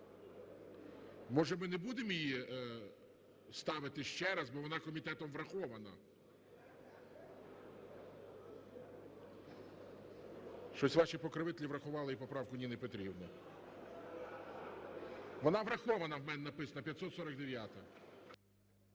Може ми не будемо її ставити ще раз, бо вона комітетом врахована. Щось ваші покровителі врахували і поправку Ніни Петрівни. Вона врахована – в мене написано, 549-а.